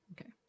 okay